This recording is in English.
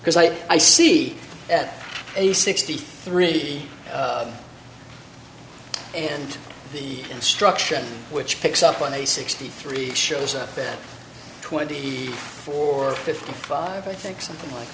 because i i see at a sixty three and the construction which picks up on a sixty three shows up in twenty four fifty five i think something like